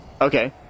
Okay